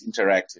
interactive